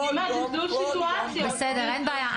אין בעיה,